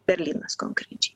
berlynas konkrečiai